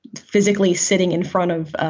physically sitting in front of.